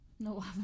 No